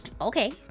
Okay